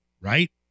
right